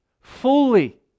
Fully